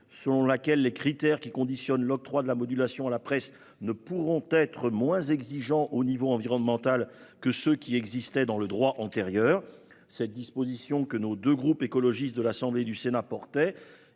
selon laquelle les critères qui conditionnent l'octroi de la modulation à la presse ne pourront être moins exigeants au niveau environnemental que ceux qui existaient dans le droit antérieur. Cette disposition, que les deux groupes écologistes de l'Assemblée nationale